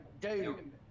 Dude